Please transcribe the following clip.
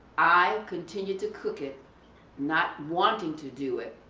i continued to cook it not wanting to do it,